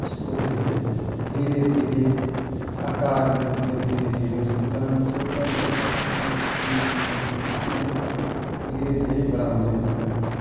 उसको जो है धीरे धीरे आकार में वो अपने धीरे धीरे उसको दाना छोटा छोटा छोटा छोटा एकदम दाना देते हैं लोग वो धीरे धीरे बड़ा हो जाता है अपना